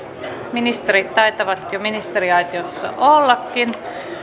ministerit taitavatkin jo ministeriaitiossa ollakin